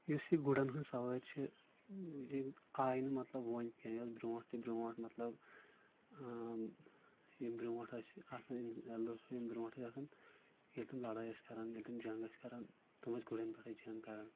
یُس یہِ گُرٮ۪ن ۂنٛز سوأرۍ چھ یہِ آے نہٕ مطلب وۄنۍ کیٚنٛہہ یہِ أس بروٗنٛٹھ تہِ بروٗنٛٹھ مطلب یِم بروٗنٛٹھ أسۍ آسان لُکھ یِم بروٗنٛٹھ أسۍ آسان ییٚلہِ تِم لڑأے أسی کران ییٚلہِ تِم جنٛگ أسۍ کران تِم أسۍ گُرٮ۪ن پٮ۪ٹھے جنگ کران